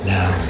Now